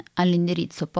all'indirizzo